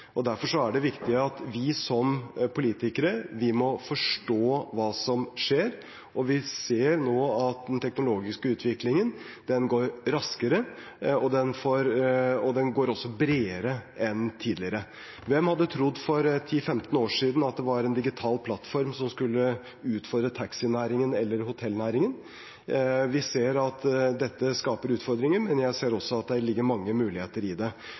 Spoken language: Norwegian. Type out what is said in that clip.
Derfor er det viktig at vi som politikere må forstå hva som skjer, og vi ser nå at den teknologiske utviklingen går raskere og også bredere enn tidligere. Hvem hadde trodd for 10–15 år siden at det var en digital plattform som skulle utfordre taxinæringen eller hotellnæringen? Vi ser at dette skaper utfordringer, men jeg ser også at det ligger mange muligheter i det.